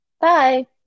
Bye